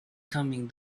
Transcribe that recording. coming